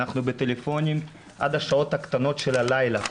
אנחנו בטלפונים עד השעות הקטנות של הלילה,